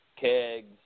kegs